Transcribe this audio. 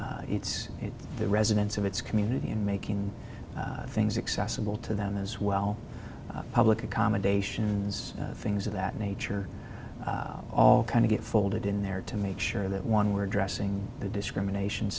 it's the residents of its community and making things accessible to them as well public accommodations things of that nature all kind of get folded in there to make sure that one were addressing the discrimination